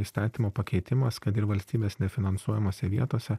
įstatymo pakeitimas kad ir valstybės nefinansuojamose vietose